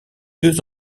deux